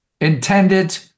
intended